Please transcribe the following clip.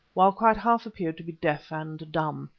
while quite half appeared to be deaf and dumb.